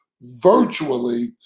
virtually